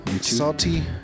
Salty